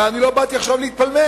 אבל אני לא באתי עכשיו להתפלמס.